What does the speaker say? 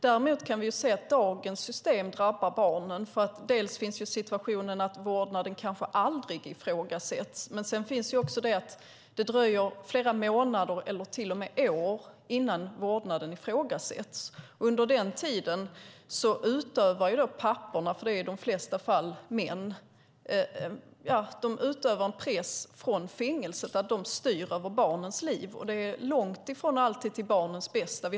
Däremot kan vi se att dagens system drabbar barnen. Dels finns situationen där vårdnaden kanske aldrig ifrågasätts, dels kan det dröja flera månader eller till och med år innan vårdnaden ifrågasätts. Under den tiden utövar papporna - det är ju i de flesta fall män det handlar om - en press inifrån fängelset där de styr över barnens liv. Det är långt ifrån alltid till barnens bästa.